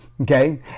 okay